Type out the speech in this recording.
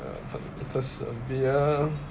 persevere